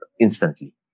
instantly